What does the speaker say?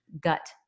gut